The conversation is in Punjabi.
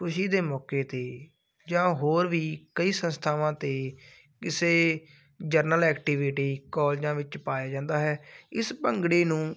ਖੁਸ਼ੀ ਦੇ ਮੌਕੇ 'ਤੇ ਜਾਂ ਹੋਰ ਵੀ ਕਈ ਸੰਸਥਾਵਾਂ 'ਤੇ ਕਿਸੇ ਜਰਨਲ ਐਕਟੀਵਿਟੀ ਕੋਲਜਾਂ ਵਿੱਚ ਪਾਇਆ ਜਾਂਦਾ ਹੈ ਇਸ ਭੰਗੜੇ ਨੂੰ